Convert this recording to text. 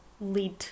lead